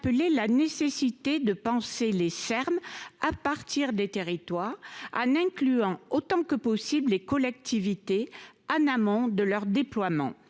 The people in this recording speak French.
rappelé la nécessité de penser les Serbes à partir des territoires en incluant autant que possible les collectivités en amont de leur déploiement.